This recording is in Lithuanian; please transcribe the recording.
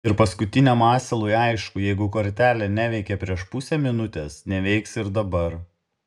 ir paskutiniam asilui aišku jeigu kortelė neveikė prieš pusę minutės neveiks ir dabar